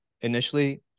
initially